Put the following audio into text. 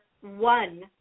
one